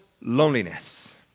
loneliness